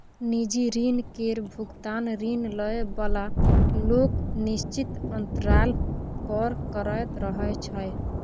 निजी ऋण केर भोगतान ऋण लए बला लोक निश्चित अंतराल पर करैत रहय छै